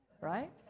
right